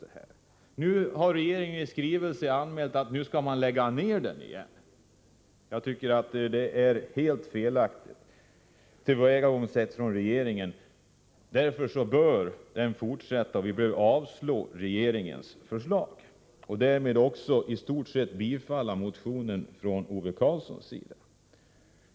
Regeringen har nu i en skrivelse meddelat att utredningen skall läggas ned igen. Regeringens tillvägagångssätt är helt felaktigt. Utredningen bör fortsätta, och riksdagen måste därför avslå regeringens förslag och därmed i stort sett bifalla Ove Karlssons motion.